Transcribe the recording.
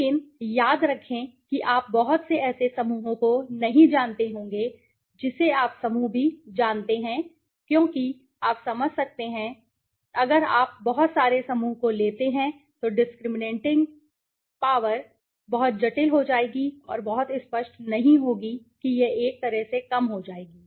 लेकिन याद रखें कि आप बहुत से ऐसे समूहों को नहीं जानते होंगे जिन्हें आप समूह भी जानते हैं क्योंकि आप समझ सकते हैं कि मैं क्यों कह रहा हूं अगर आप बहुत सारे समूहों को लेते हैं तो डिस्क्रिमिनेटिंग पॉवर बहुत जटिल हो जाएगी और बहुत स्पष्ट नहीं होगी कि यह एक तरह से कम हो जाएगी